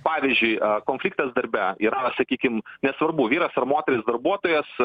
pavyzdžiui a konfliktas darbe yra sakykim nesvarbu vyras ar moteris darbuotojas